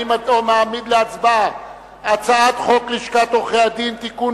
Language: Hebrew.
אני מעמיד להצבעה את הצעת חוק לשכת עורכי-הדין (תיקון,